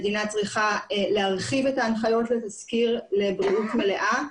המדינה צריכה להרחיב את ההנחיות לתסקיר לבריאות מלאה,